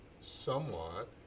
somewhat